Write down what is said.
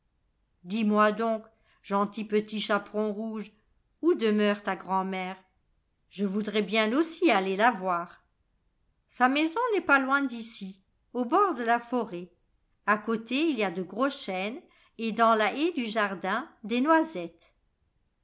moi donc gentil petit chaperon rouge où demeure ta grand'mère je voudrais bien aussi aller la voir sa maison n'est pas loin d'ici au bord de la forêt a côté il y a de gros chênes et dans la haie du jardin des noisettes